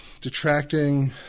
detracting